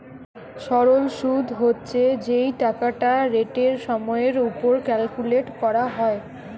সরল শুদ হচ্ছে যেই টাকাটা রেটের সময়ের উপর ক্যালকুলেট করা হয়